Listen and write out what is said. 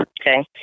Okay